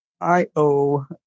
IO